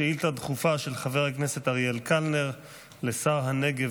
שאילתה דחופה של חבר הכנסת אריאל קלנר לשר הנגב,